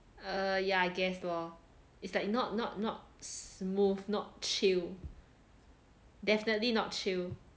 err ya I guess lor it's like not not not smooth not chill definitely not chill